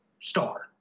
star